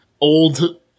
old